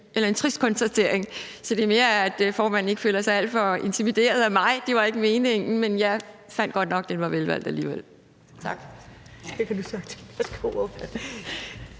eller en trist konstatering. Så det er mere, så formanden ikke føler sig alt for intimideret af mig. Det var ikke meningen. Men jeg fandt godt nok, at den var velvalgt alligevel. Tak.